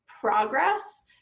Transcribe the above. progress